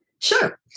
Sure